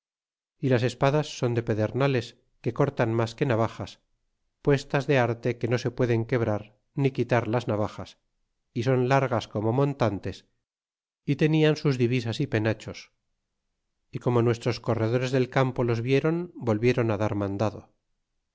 y las espadas son de pedernales que cortan mas que navajas puestas de arte que no se pueden quebrar ni quitar las navajas y son largas como montantes y tenian sus divisas y penachos y como nuestros corredores del campo los vieron volvieron dar mandado